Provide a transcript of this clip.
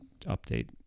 update